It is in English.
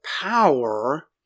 power